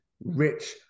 Rich